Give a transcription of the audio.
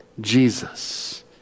Jesus